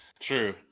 true